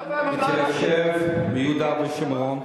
להתיישב ביהודה ושומרון,